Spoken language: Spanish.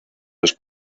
los